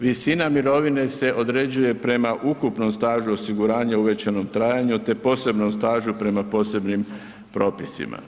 Visina mirovine se određuje prema ukupnom stažu osiguranja u uvećanom trajanju te posebnom stažu prema posebnim propisima.